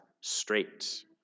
straight